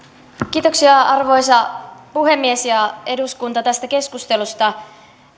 kiitoksia arvoisa puhemies ja eduskunta tästä keskustelusta